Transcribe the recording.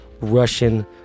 Russian